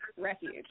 refuge